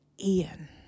Ian